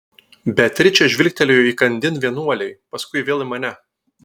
beatričė žvilgtelėjo įkandin vienuolei paskui vėl į mane